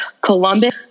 Columbus